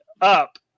up